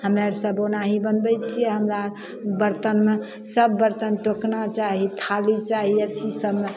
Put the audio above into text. हम्मे अर सब ओनाही बनबय छियै हमरा बर्तन सब बर्तन टोकना चाही थाली चाही अथी सबमे